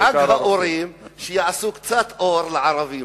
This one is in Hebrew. אני מקווה שהממשלה הזאת בחג האורים תעשה קצת אור גם לערבים.